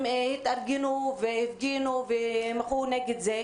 הם התארגנו והפגינו ומחו נגד זה.